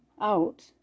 out